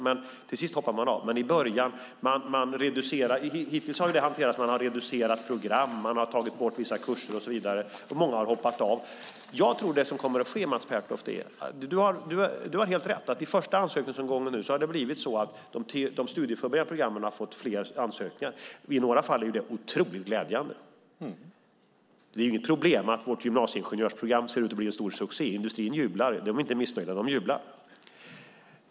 Hittills har det hanterats genom att man har reducerat program, tagit bort vissa kurser och så vidare, och många har hoppat av. Du har helt rätt, Mats Pertoft. I första ansökningsomgången har det blivit så att de studieförberedande programmen har fått fler ansökningar. I några fall är det otroligt glädjande. Det är inte något problem att vårt gymnasieingenjörsprogram ser ut att bli en stor succé. Industrin är inte missnöjd, utan den jublar.